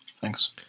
thanks